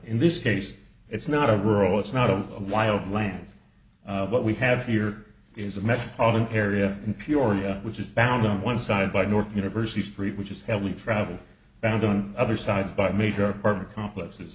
in this case it's not a rural it's not a wild land what we have here is a mess of an area in peoria which is found on one side by north university street which is heavily traveled around on other sides by major apartment complexes